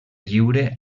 lliure